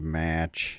match